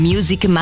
Music